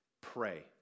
pray